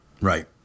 right